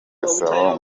gasabo